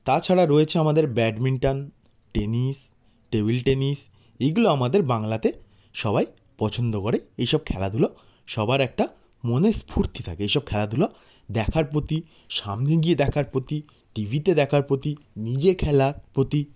তাছাড়া রয়েছে আমাদের ব্যাডমিন্টন টেনিস টেবিল টেনিস এইগুলো আমাদের বাংলাতে সবাই পছন্দ করে এইসব খেলাধুলো সবার একটা মনে স্ফূর্তি থাকে এইসব খেলাধুলো দেখার প্রতি সামনে গিয়ে দেখার প্রতি টিভিতে দেখার প্রতি নিজে খেলার প্রতি